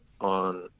on